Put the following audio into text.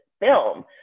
film